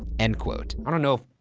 end quote. don't know if